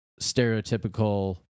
stereotypical